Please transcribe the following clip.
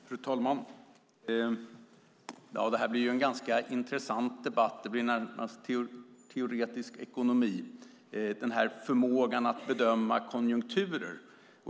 Fru talman! Det här blir en ganska intressant debatt. Det blir närmast teoretisk ekonomi - förmågan att bedöma konjunkturer.